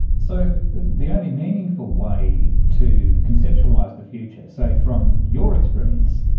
so the only meaningful way to conceptualise the feature, say, from your experience,